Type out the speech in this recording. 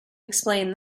explain